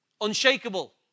Unshakable